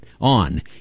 on